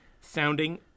sounding